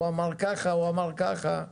הוא אמר ככה, הוא אמר אחרת.